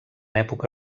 època